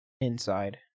inside